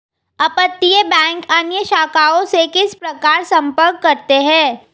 अपतटीय बैंक अन्य शाखाओं से किस प्रकार संपर्क करते हैं?